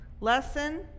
Lesson